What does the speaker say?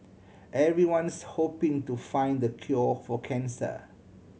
everyone's hoping to find the cure for cancer